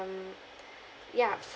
ya